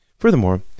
Furthermore